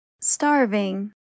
starving